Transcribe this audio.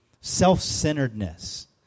self-centeredness